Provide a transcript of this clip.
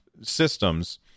systems